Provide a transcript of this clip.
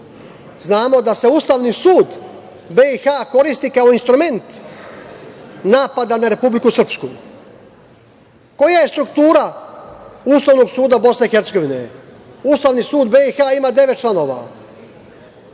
Znamo da se Ustavni sud BiH koristi kao instrument napada na Republiku Srpsku. Koja je struktura Ustavnog suda BiH. Ustavni sud BiH ima devet članova.